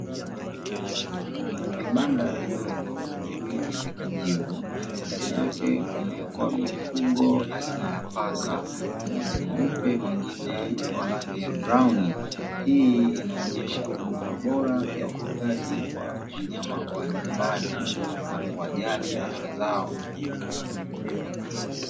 kibanda vidogo cha rangiya kijivu ndani yake kumekuwa mifugo aina ya paka mmoja mweupe mwingine wa rangi ya brown hii inaonyesha huduma bora ya ufugaji kwa wanyama wa nyumbani na kuwajali afya zao.